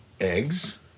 Eggs